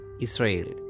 Israel